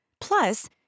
Plus